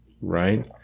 Right